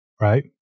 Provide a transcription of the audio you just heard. right